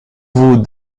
vous